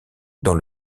dans